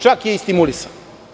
Čak je i stimulisan.